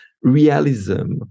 realism